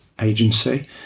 agency